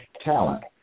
talent